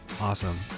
Awesome